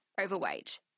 overweight